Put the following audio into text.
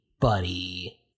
buddy